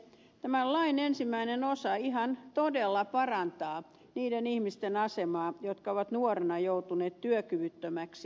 tämän lain ensimmäinen osa ihan todella parantaa niiden ihmisten asemaa jotka ovat nuorena joutuneet työkyvyttömäksi